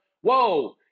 Whoa